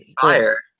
fire